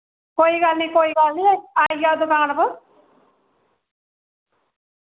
कोई गल्ल नी कोई गल्ल नी आई जाओ दुकान पर